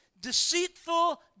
deceitful